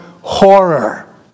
horror